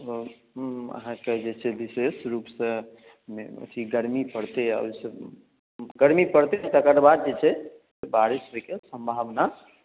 अहाँकेँ जे छै विशेष रूप से अथी गरमी पड़तै आ ओहिसे गरमी पड़तै आ तेकर बाद जे छै बारिश होयके सम्भावना